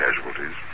casualties